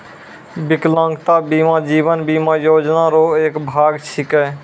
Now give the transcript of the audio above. बिकलांगता बीमा जीवन बीमा योजना रो एक भाग छिकै